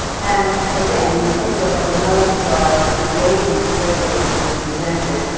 and again, when you take a look i have another slide at the way these flavors have been presented,